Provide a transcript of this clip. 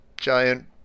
giant